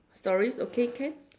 stories okay can